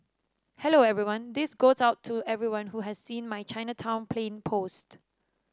hello everyone this goes out to everyone who has seen my Chinatown plane post